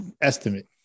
estimate